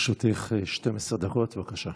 לרשותך 12 דקות, בבקשה.